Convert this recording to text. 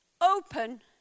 open